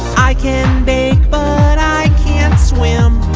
i can bake, but i can't swim.